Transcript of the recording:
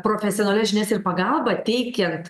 profesionalias žinias ir pagalbą teikiant